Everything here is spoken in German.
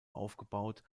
aufgebaut